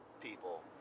people